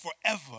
forever